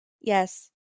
Yes